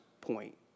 point